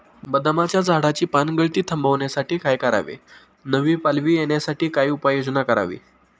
बदामाच्या झाडाची पानगळती थांबवण्यासाठी काय करावे? नवी पालवी येण्यासाठी काय उपाययोजना करावी?